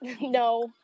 no